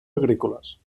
agrícoles